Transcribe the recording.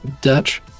Dutch